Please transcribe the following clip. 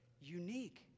unique